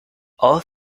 all